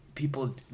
people